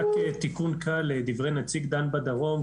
רק תיקון קל לדברי נציג דן בדרום,